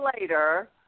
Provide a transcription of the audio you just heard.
later